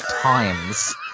times